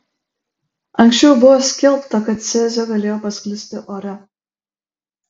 anksčiau buvo skelbta kad cezio galėjo pasklisti ore